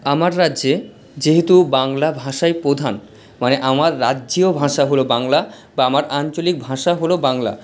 আমার রাজ্যে যেহেতু বাংলা ভাষাই প্রধান মানে আমার রাজ্যেও ভাষা হল বাংলা বা আমার আঞ্চলিক ভাষা হল বাংলা